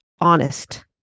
honest